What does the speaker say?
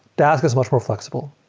dask is much more flexible.